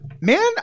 man